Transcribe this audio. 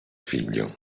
figlio